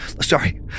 sorry